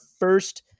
first